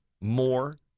more